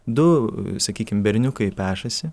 du sakykim berniukai pešasi